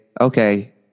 okay